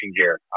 gear